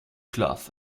cloth